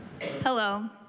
Hello